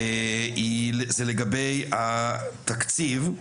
זה לגבי התקציב,